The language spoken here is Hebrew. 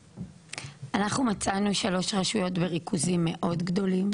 אנחנו מצאנו שלוש רשויות בריכוזים מאוד גדולים